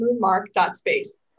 moonmark.space